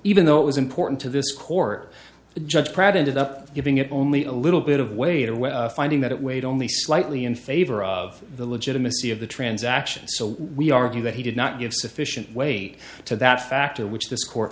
even though it was important to this court judge crowd ended up giving it only a little bit of weight of finding that it weighed only slightly in favor of the legitimacy of the transaction so we argue that he did not give sufficient weight to that factor which th